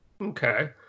Okay